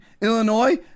Illinois